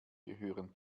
gehören